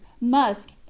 Musk